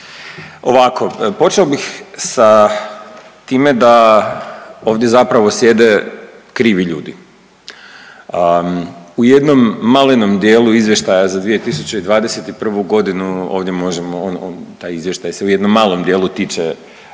Ovako, počeo bih sa time da ovdje zapravo sjede krivi ljudi. U jednom malenom dijelu izvještaja za 2021.g. ovdje možemo, taj izvještaj se u jednom malom dijelu tiče